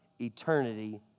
eternity